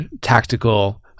tactical